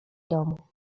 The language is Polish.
domu